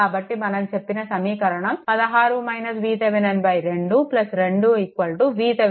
కాబట్టి ఇది మనం చెప్పిన సమీకరణం 2 2 VThevenin 6